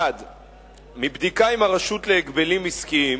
1. מבדיקה עם הרשות להגבלים עסקיים